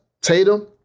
Tatum